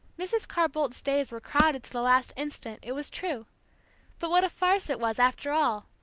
mrs. carr-boldt's days were crowded to the last instant, it was true but what a farce it was, after all,